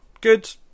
good